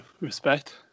respect